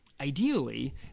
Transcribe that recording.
Ideally